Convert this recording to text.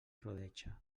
rodeja